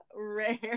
Rare